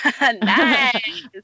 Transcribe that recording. Nice